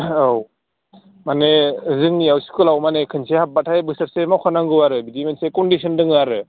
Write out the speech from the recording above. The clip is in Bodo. औ माने जोंनियाव स्खुलाव माने खनसे हाबबाथाय बोसोरसे मावखानांगौ आरो बिदि मोनसे खनदिसन दङ आरो